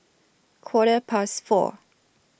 Quarter Past four